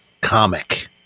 comic